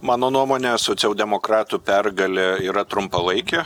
mano nuomone socialdemokratų pergalė yra trumpalaikė